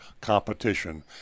Competition